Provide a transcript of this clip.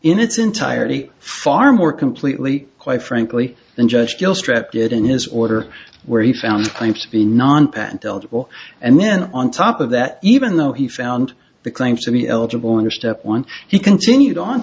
in its entirety farm or completely quite frankly the judge just wrapped it in his order where he found claims to be non patent eligible and then on top of that even though he found the claim to be eligible under step one he continued on